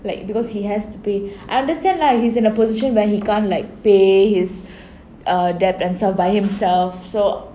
like because he has to pay I understand lah he's in a position where he can't like pay his err debt and stuff by himself so